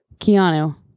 Keanu